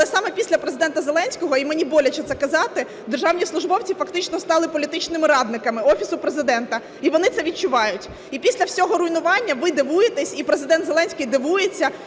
але саме після Президента Зеленського, і мені боляче це казати, державні службовці фактично стали політичними радниками Офісу Президента, і вони це відчувають. І після всього руйнування ви дивуєтесь, і Президент Зеленський дивується,